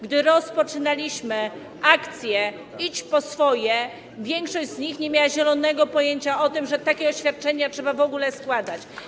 Gdy rozpoczynaliśmy akcję: Idź po swoje, większość z nich nie miała zielonego pojęcia, że takie oświadczenie trzeba składać.